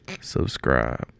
Subscribe